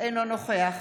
אינו נוכח